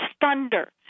thunder